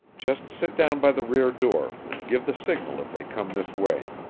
just sit down by the rear door and give the signal if they come this way.